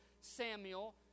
Samuel